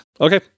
Okay